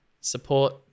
support